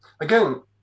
again